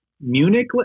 Munich